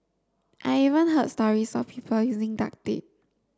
I even heard stories of people using duct tape